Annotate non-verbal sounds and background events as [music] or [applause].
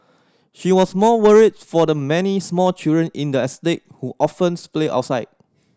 she was more worried for the many small children in the estate who often [unintelligible] play outside